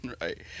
Right